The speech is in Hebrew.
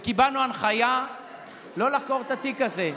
וקיבלנו הנחיה לא לחקור את התיק הזה.